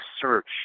search